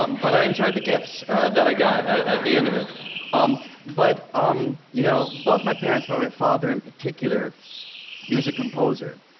um but i enjoyed the gifts that i got at the end of it um but um you know both my parents, but my father in particular he was a composer.